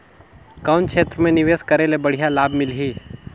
कौन क्षेत्र मे निवेश करे ले बढ़िया लाभ मिलही?